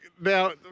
now